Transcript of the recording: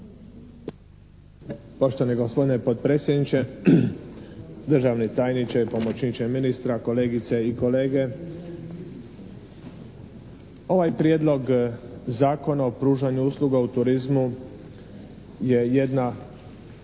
Poštovani gospodine potpredsjedniče, državni tajniče, pomoćniče ministra, kolegice i kolege. Ovaj prijedlog Zakona o pružanju usluga u turizmu je jedna